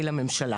מדובר בסקירה